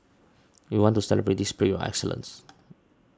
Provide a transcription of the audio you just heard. we want to celebrate this spirit of excellence